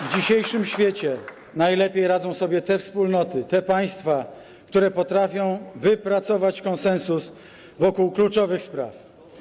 W dzisiejszym świecie najlepiej radzą sobie te wspólnoty, te państwa, które potrafią wypracować konsensus wokół kluczowych spraw.